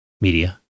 Media